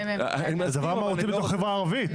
זה דבר מהותי בתוך החברה הערבית.